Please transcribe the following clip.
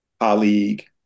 Colleague